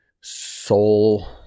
soul